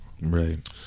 Right